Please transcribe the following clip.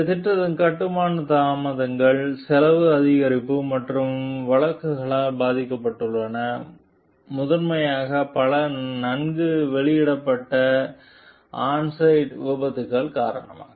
இந்த திட்டம் கட்டுமான தாமதங்கள் செலவு அதிகரிப்பு மற்றும் வழக்குகளால் பாதிக்கப்பட்டுள்ளது முதன்மையாக பல நன்கு வெளியிடப்பட்ட ஆன் சைட் விபத்துக்கள் காரணமாக